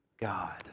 God